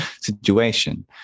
situation